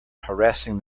harassing